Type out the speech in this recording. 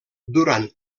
durant